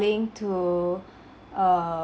~ling to err